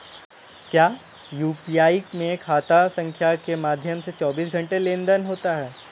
क्या यू.पी.आई में खाता संख्या के माध्यम से चौबीस घंटे लेनदन होता है?